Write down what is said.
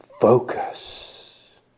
focus